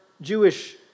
Jewish